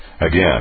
Again